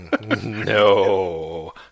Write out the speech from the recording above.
No